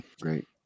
Great